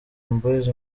boys